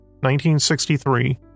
1963